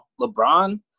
LeBron